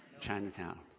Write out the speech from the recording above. Chinatown